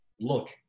look